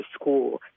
school